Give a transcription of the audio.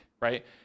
right